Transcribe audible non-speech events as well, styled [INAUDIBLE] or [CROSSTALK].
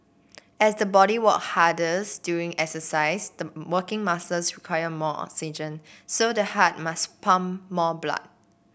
as the body work harder [UNINTELLIGIBLE] during exercise the working muscles require more oxygen so the heart must pump more blood